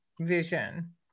vision